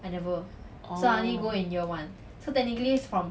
orh